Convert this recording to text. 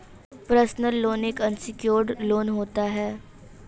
personal loan एक unsecured loan होता है